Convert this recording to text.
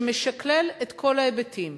שמשקלל את כל ההיבטים.